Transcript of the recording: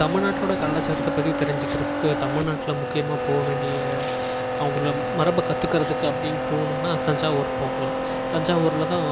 தமிழ்நாட்டோட கலாச்சாரத்தை பற்றி தெரிஞ்சிக்கிறதுக்கு தமிழ்நாட்டில் முக்கியமாக போக வேண்டிய அவங்கள மரப கத்துக்கறதுக்கு அப்டின் போகணுன்னா தஞ்சாவூர் போகலாம் தஞ்சாவூரில் தான்